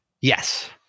yes